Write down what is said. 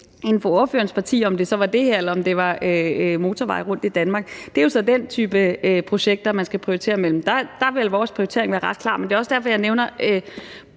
inden for ordførerens parti om, om det så var det her eller motorveje rundtom i Danmark, der skulle satses på. Det er jo så den type projekter, man skal prioritere imellem, og der ville vores prioritering være ret klar. Men det er også derfor, jeg nævner